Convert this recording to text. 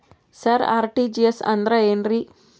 ಸರ RTGS ಅಂದ್ರ ಏನ್ರೀ?